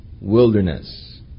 wilderness